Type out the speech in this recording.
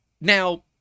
Now